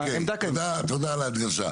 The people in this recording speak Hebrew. אוקיי, תודה על ההדגשה.